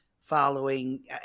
following